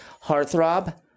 heartthrob